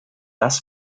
das